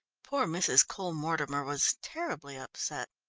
poor mrs. cole-mortimer was terribly upset.